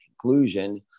conclusion